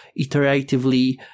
iteratively